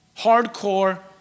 Hardcore